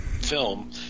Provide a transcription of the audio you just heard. film